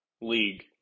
league